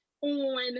on